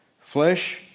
Flesh